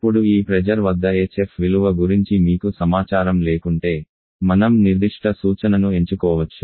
ఇప్పుడు ఈ ప్రెజర్ వద్ద hf విలువ గురించి మీకు సమాచారం లేకుంటే మనం నిర్దిష్ట సూచనను ఎంచుకోవచ్చు